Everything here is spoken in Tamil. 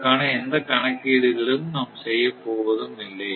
இதற்கான எந்த கணக்கீடுகளும் நாம் செய்யப் போவதுமில்லை